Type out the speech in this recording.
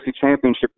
Championship